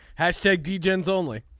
hash tag de gens only.